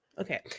okay